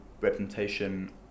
representation